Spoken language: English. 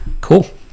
cool